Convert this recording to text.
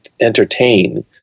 entertain